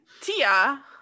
tia